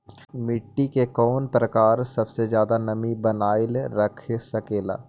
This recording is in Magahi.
मिट्टी के कौन प्रकार सबसे जादा नमी बनाएल रख सकेला?